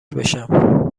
بشم